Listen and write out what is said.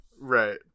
Right